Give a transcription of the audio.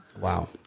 Wow